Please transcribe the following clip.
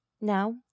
Now